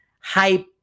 hype